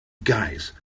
guys